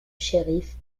shérif